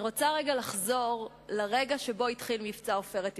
אני רוצה לחזור לרגע שבו התחיל מבצע "עופרת יצוקה".